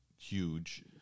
huge